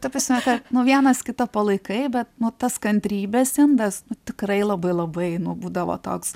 ta prasme kad nu vienas kitą palaikai bet nu tas kantrybės indas tikrai labai labai nu būdavo toks